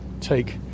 take